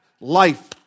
life